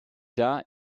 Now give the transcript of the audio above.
tard